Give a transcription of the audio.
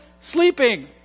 sleeping